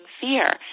fear